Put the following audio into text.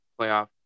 playoff